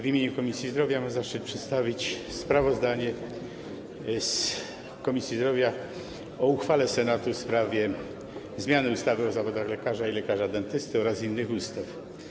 W imieniu Komisji Zdrowia mam zaszczyt przedstawić sprawozdanie Komisji Zdrowia o uchwale Senatu w sprawie zmiany ustawy o zawodach lekarza i lekarza dentysty oraz niektórych innych ustaw.